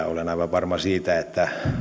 olen aivan varma siitä että